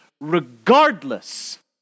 regardless